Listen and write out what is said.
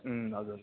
हजुर